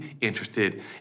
interested